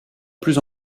plus